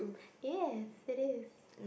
yes it is